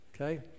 okay